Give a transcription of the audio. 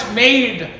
made